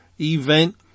event